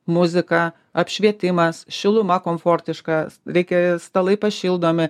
muzika apšvietimas šiluma komfortiškas veikia stalai pašildomi